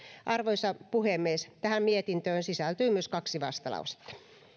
arvoisa puhemies tähän mietintöön sisältyy myös kaksi vastalausetta